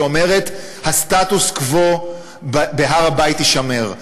שאומרת: הסטטוס-קוו בהר-הבית יישמר.